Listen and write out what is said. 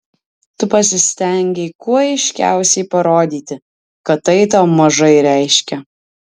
tu pasistengei kuo aiškiausiai parodyti kad tai tau mažai reiškia